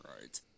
right